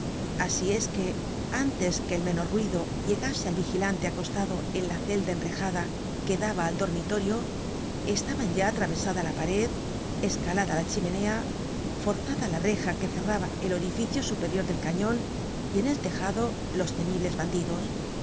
asi es que antes que el menor ruido llegase al vigilante acostado en la celda enrejada que daba al dormitorio estaban ya atravesada la pared escalada la chimenea forzada la reja que cerraba el orificio superior del cañon y en el tejado los temibles bandidos